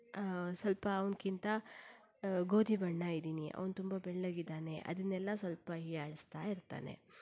ಸ್ವಲ್ಪ ಅವನಿಗಿಂತ ಗೋಧಿ ಬಣ್ಣ ಇದ್ದೀನಿ ಅವನು ತುಂಬ ಬೆಳ್ಳಗಿದ್ದಾನೆ ಅದನ್ನೆಲ್ಲ ಸ್ವಲ್ಪ ಹೀಯಾಳಿಸ್ತಾ ಇರ್ತಾನೆ